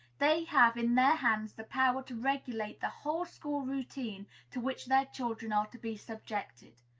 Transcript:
they have in their hands the power to regulate the whole school routine to which their children are to be subjected.